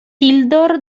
tildor